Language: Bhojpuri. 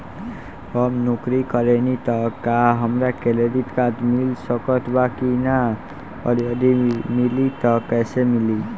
हम नौकरी करेनी त का हमरा क्रेडिट कार्ड मिल सकत बा की न और यदि मिली त कैसे मिली?